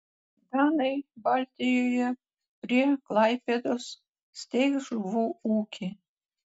danai baltijoje prie klaipėdos steigs žuvų ūkį